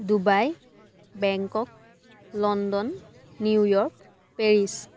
Dubai Bangkok London New York Paris